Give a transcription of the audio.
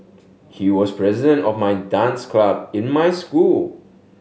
he was president of my dance club in my school